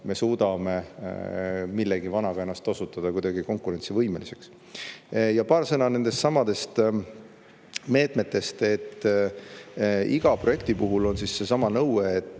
me suudame millegi vana kaudu muutuda kuidagi konkurentsivõimeliseks. Ja paar sõna nendestsamadest meetmetest. Iga projekti puhul on nõue, et